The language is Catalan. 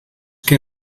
que